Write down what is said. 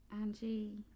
Angie